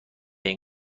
این